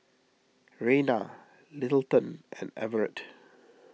Reyna Littleton and Everett